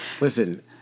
Listen